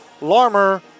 Larmer